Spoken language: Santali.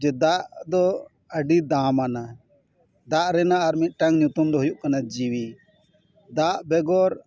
ᱫᱟᱜ ᱫᱚ ᱟᱹᱰᱤ ᱫᱟᱢᱟᱱᱟ ᱫᱟᱜ ᱨᱮᱭᱟᱜ ᱟᱨ ᱢᱤᱫᱴᱮᱱ ᱧᱩᱛᱩᱢ ᱫᱚ ᱦᱩᱭᱩᱜ ᱠᱟᱱᱟ ᱡᱤᱣᱤ ᱫᱟᱜ ᱵᱮᱜᱚᱨ